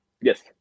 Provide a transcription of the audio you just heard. Yes